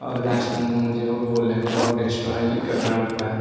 और लास्ट में मुझे वो लैपटॉप डिस्ट्रॉय ही करना पड़ा